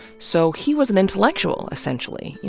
so he was an intellectual, essentially. you